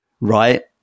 right